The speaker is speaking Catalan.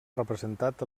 representat